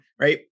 right